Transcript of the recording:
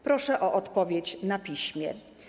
Proszę o odpowiedź na piśmie.